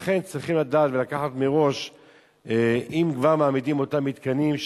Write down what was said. לכן צריך לקחת מראש אם כבר מעמידים אותם מתקנים,